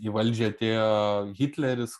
į valdžią atėjo hitleris